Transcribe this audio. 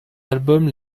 albums